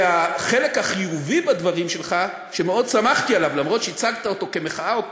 והחלק החיובי בדברים שלך שמאוד שמחתי עליו למרות הצגתו כמחאה או קיפוח,